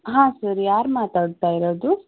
ಹಾಂ ಸರ್ ಯಾರು ಮಾತಾಡ್ತಾ ಇರೋದು